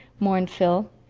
mourned phil.